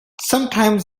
sometimes